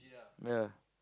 ya